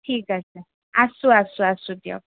ঠিক আছে আছোঁ আছোঁ আছোঁ দিয়ক